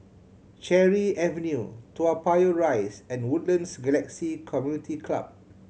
Cherry Avenue Toa Payoh Rise and Woodlands Galaxy Community Club